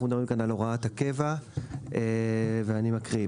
אנחנו מדברים כאן על הוראת הקבע ואני מקריא.